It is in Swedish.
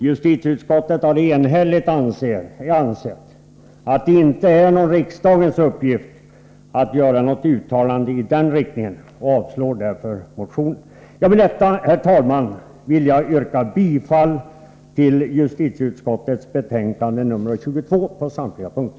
Justitieutskottet har enhälligt ansett att det inte är någon riksdagens uppgift att göra något uttalande i den riktningen och avstyrker därför motionen. Herr talman! Med detta ber jag att få yrka bifall till justitieutskottets hemställan i betänkande nr 22 på samtliga punkter.